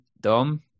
Dom